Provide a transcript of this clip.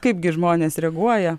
kaipgi žmonės reaguoja